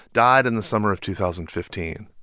died in the summer of two thousand fifteen.